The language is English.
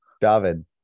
David